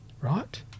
right